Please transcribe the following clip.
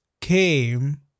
came